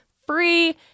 free